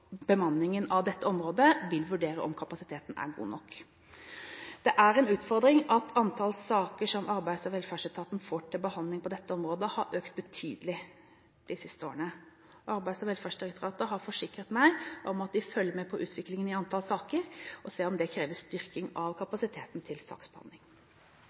bemanningen av dette området vil vurdere om kapasiteten er god nok. Det er en utfordring at antall saker som Arbeids- og velferdsetaten får til behandling på dette området, har økt betydelig de siste årene. Arbeids- og velferdsdirektoratet har forsikret meg om at de følger med på utviklingen i antall saker og ser om det krever styrking av kapasiteten til saksbehandling.